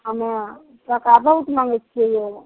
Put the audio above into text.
हमे टका बहुत माँगै छिए यौ